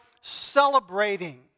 celebrating